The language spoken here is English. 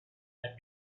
and